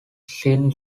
seen